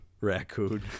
Raccoon